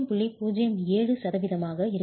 07 சதவீதமாக இருக்க வேண்டும்